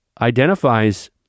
identifies